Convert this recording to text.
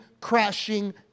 crashing